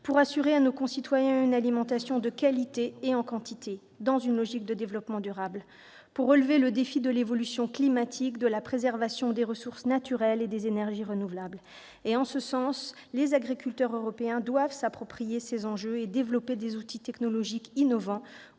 pour assurer à nos concitoyens une alimentation de qualité et en quantité, dans une logique de développement durable, et pour relever le défi de l'évolution climatique, de la préservation des ressources naturelles et des énergies renouvelables. En ce sens, les agriculteurs européens doivent s'approprier ces enjeux et développer des outils technologiques innovants